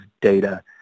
data